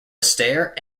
astaire